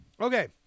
Okay